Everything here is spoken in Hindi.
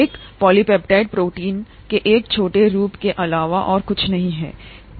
एक पॉलीपेप्टाइड प्रोटीन के एक छोटे रूप के अलावा और कुछ नहीं है